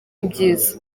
ibyiza